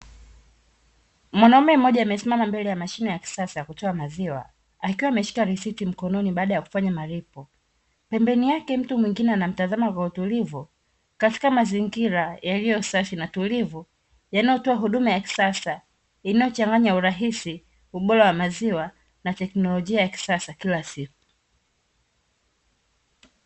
Mwanaume mmoja amesimama mbele ya mashine ya kisasa ya kutoa maziwa, akiwa ameshika risiti mkononi baada ya kufanya malipo. Pembeni yake mtu mwingine anamtazama kwa utulivu katika mazingira yaliyo safi na tulivu yanayotoa huduma ya kisasa; inayochanganya urahisi, ubora wa maziwa na teknolojia ya kisasa kila siku.